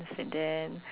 and then